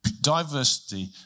Diversity